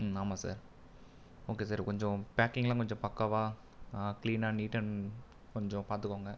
ஆமாம் sir okay sir கொஞ்சம் பேக்கிங்லா கொஞ்சம் பக்காவாக க்ளீன் அண்ட் நீட் அண்ட் கொஞ்சம் பாத்துக்கோங்க